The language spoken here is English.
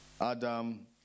Adam